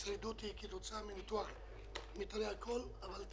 הצרידות היא כתוצאה מניתוח במיתרי הקול אבל אני